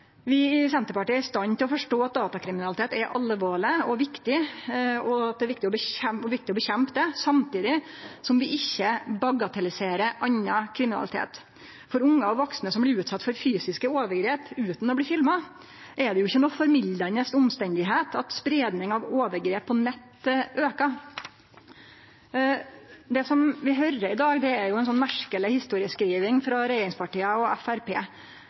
Vi i Senterpartiet er i stand til å forstå at datakriminalitet er alvorleg og viktig, og at det er viktig å kjempe mot det, samtidig som vi ikkje bagatelliserer annan kriminalitet. For ungar og vaksne som blir utsette for fysiske overgrep utan å bli filma, er det ikkje noko formildande omstende at spreiing av overgrep på nettet aukar. Det vi høyrer i dag, er ei merkeleg historieskriving frå regjeringspartia og